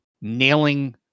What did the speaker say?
nailing